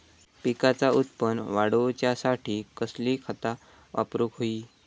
पिकाचा उत्पन वाढवूच्यासाठी कसली खता वापरूक होई?